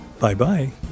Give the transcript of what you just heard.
Bye-bye